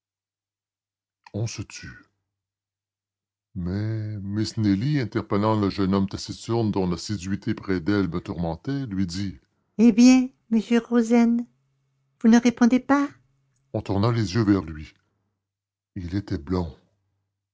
on se tut mais miss nelly interpellant le jeune homme taciturne dont l'assiduité près d'elle me tourmentait lui dit eh bien monsieur rozaine vous ne répondez pas on tourna les yeux vers lui il était blond